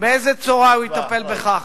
באיזו צורה הוא יטפל בכך.